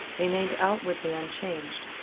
remained outwardly unchanged,